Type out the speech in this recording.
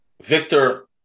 Victor